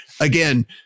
again